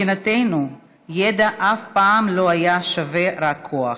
מבחינתנו ידע אף פעם לא היה שווה רק כוח,